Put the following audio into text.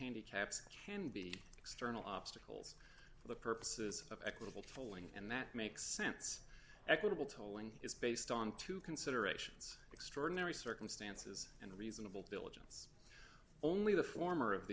handicaps can be external obstacles for the purposes of equitable tolling and that makes sense equitable tolling is based on two considerations extraordinary circumstances and reasonable diligence only the former of